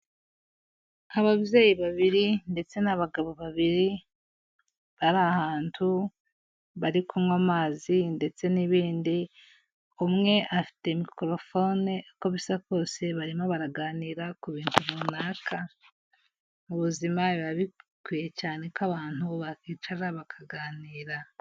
Ababyeyi babiri ndetse n'abagabo babiri, bari ahantu bari kunywa amazi ndetse n'ibindi, umwe afite microphone, uko bisa kose barimo baraganira ku bintu runaka. Mu buzima biba bikwiye cyane ko abantu bakicara bakaganira.